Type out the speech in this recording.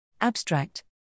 Abstract